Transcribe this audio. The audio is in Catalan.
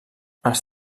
els